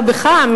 לא בך,